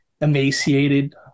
emaciated